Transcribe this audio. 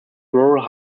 rural